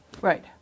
Right